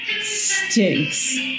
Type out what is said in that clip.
stinks